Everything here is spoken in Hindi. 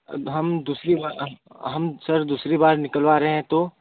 अब हम दूसरी हम सर दूसरी बार निकलवा रहे हैं तो